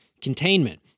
containment